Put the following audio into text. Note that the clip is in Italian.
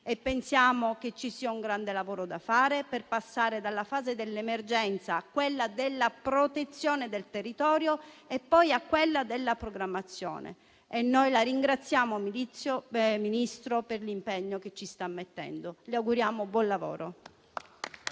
Pensiamo che ci sia un grande lavoro da fare per passare dalla fase dell'emergenza a quella della protezione del territorio e poi della programmazione. Noi la ringraziamo per l'impegno che ci sta mettendo e le auguriamo buon lavoro.